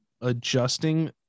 adjusting